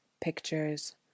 pictures